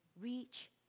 reach